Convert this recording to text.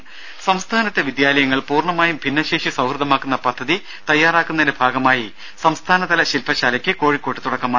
രും സംസ്ഥാനത്തെ വിദ്യാലയങ്ങൾ പൂർണമായും ഭിന്നശേഷി സൌഹൃദമാക്കുന്ന പദ്ധതി തയ്യാറാക്കുന്നതിന്റെ ഭാഗമായി സംസ്ഥാനതല ശിൽപശാലയ്ക്ക് കോഴിക്കോട്ട് തുടക്കമായി